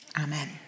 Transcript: amen